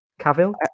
Cavill